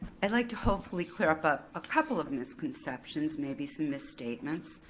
i'd like to hopefully clear up up a couple of misconceptions, maybe some misstatements.